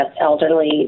elderly